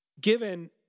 given